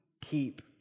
keep